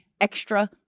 extra